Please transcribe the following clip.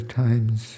times